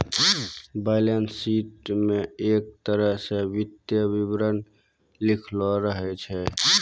balance sheet म एक तरह स वित्तीय विवरण लिखलो रहै छै